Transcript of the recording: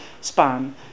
span